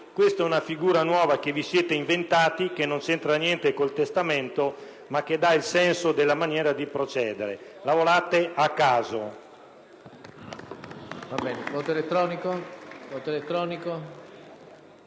Questa è una figura nuova, che vi siete inventati, e che non c'entra niente con il testamento biologico, ma che dà il senso del modo di procedere: lavorate a caso.